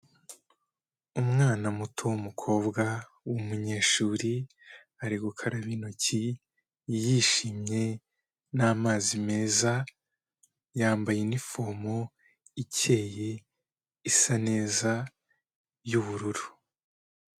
Umwana muto w'umukobwa w'umunyeshuri, ari gukaraba intoki yishimye n'amazi meza, yambaye inifomu ikeye isa neza y'ubururu.